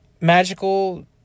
Magical